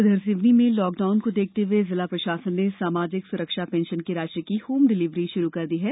उधर सिवनी में लॉकडाउन को देखते हुए जिला प्रशासन ने सामाजिक सुरक्षा पेंशन की राशि की होम डिलेवरी शुरू कर दी है